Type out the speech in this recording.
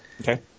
Okay